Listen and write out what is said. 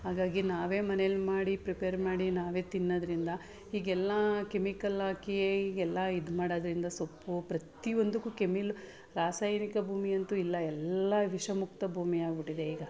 ಹಾಗಾಗಿ ನಾವೇ ಮನೇಲಿ ಮಾಡಿ ಪ್ರಿಪೇರ್ ಮಾಡಿ ನಾವೇ ತಿನ್ನೋದರಿಂದ ಈಗ ಎಲ್ಲ ಕೆಮಿಕಲ್ ಹಾಕಿ ಈಗ ಎಲ್ಲ ಇದು ಮಾಡೋದರಿಂದ ಸೊಪ್ಪು ಪ್ರತಿ ಒಂದಕ್ಕೂ ಕೆಮಿಲ್ ರಾಸಾಯನಿಕ ಭೂಮಿ ಅಂತೂ ಇಲ್ಲ ಎಲ್ಲ ವಿಷಮುಕ್ತ ಭೂಮಿ ಆಗಿಬಿಟ್ಟಿದೆ ಈಗ